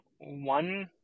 one